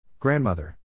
Grandmother